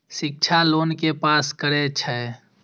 शिक्षा लोन के पास करें छै?